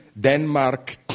Denmark